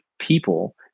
people